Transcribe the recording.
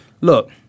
Look